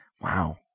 Wow